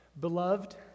Beloved